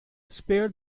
spare